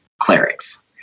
clerics